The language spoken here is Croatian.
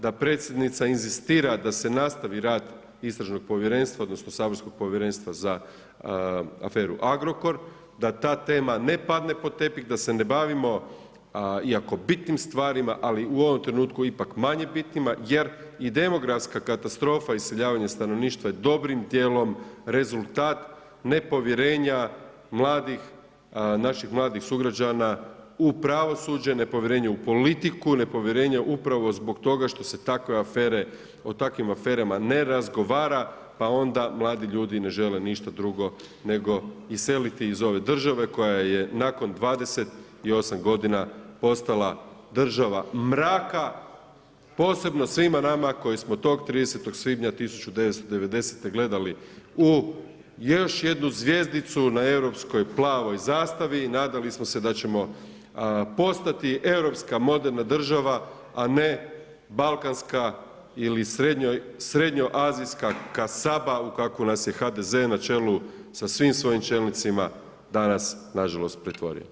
Da predsjednica inzistira da se nastavi rad istražnog povjerenstva odnosno saborskog povjerenstva za aferu Agrokor, da ta tema ne padne pod tepih, da se ne bavimo iako bitnim stvarima, ali u ovom trenutku ipak manje bitnim jer i demografska katastrofa, iseljavanje stanovništva je dobrim dijelom rezultat nepovjerenja naših mladih sugrađana u pravosuđe, nepovjerenja u politiku, nepovjerenja upravo zbog toga što se o takvim aferama ne razgovara pa onda mladi ljudi ne žele ništa drugo nego iseliti iz ove države koja je nakon 28 godina postala država mraka, posebno svima nama koji smo tog 30. svibnja 1990. gledali u još jednu zvjezdicu na europskoj plavoj zastavi i nadali smo se da ćemo postati europska moderna država, a ne balkanska ili srednjoazijska kasaba u kakvu nas je HDZ na čelu sa svim svojim čelnicima danas nažalost pretvorio.